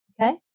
Okay